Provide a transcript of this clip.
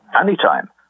Anytime